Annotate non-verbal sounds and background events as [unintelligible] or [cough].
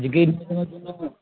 [unintelligible]